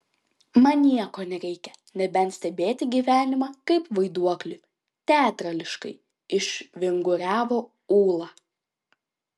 man nieko nereikia nebent stebėti gyvenimą kaip vaiduokliui teatrališkai išvinguriavo ūla